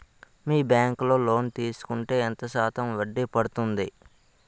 మీ bank లో loan తీసుకుంటే ఎంత శాతం వడ్డీ పడ్తుంది?